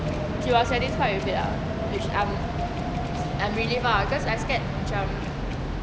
she was satisfied with it lah which I'm I'm relief lah cause I scared macam